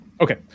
Okay